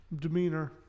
demeanor